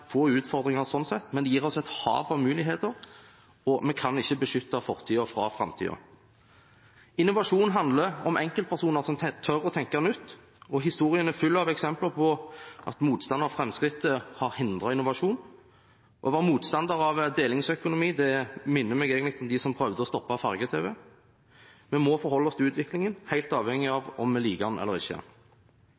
få utfordringer sånn sett, men gir oss et hav av muligheter. Vi kan ikke beskytte fortiden mot framtiden. Innovasjon handler om enkeltpersoner som tør å tenke nytt. Historien er full av eksempler på at motstandere av framskrittet har hindret innovasjon. Å være motstander av delingsøkonomi minner meg egentlig litt om dem som prøvde å stoppe farge-tv. Vi må forholde oss til utviklingen, helt uavhengig av